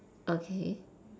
okay